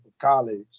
college